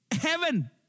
heaven